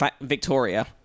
victoria